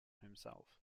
himself